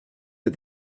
but